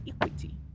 equity